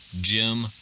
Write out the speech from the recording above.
Jim